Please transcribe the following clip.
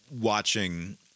watching